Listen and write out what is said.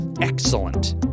Excellent